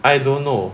I don't know